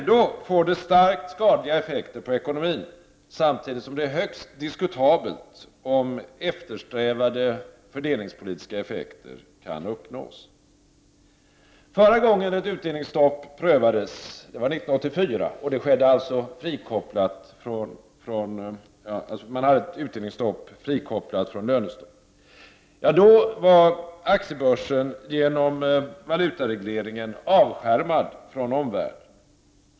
Det får ändå starkt skadliga effekter på ekonomin, samtidigt som det är högst diskutabelt om eftersträvade fördelningspolitiska effekter kan uppnås. Förra gången ett utdelningsstopp prövades var år 1984. Man hade då ett utdelningsstopp frikopplat från lönestopp. Vid den tiden var aktiebörsen genom valutaregleringen avskärmad från omvärlden.